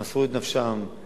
הם מסרו את נפשם לפני,